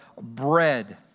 bread